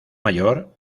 mayor